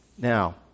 Now